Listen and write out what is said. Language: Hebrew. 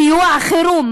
סיוע חירום,